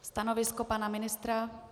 Stanovisko pana ministra?